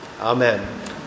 Amen